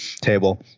table